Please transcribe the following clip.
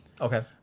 Okay